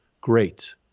Great